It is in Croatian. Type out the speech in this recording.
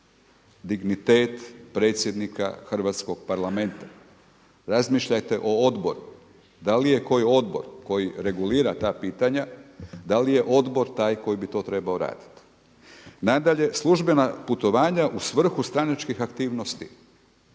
dignitet predsjednika Hrvatskog parlamenta. Razmišljajte o odborima. Da li je koji odbor koji regulira ta pitanja da li je odbor taj koji bi to trebao raditi? Nadalje, službena putovanja u svrhu stranačkih aktivnosti.